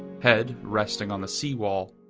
head resting on the seawall,